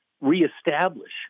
reestablish